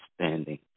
standing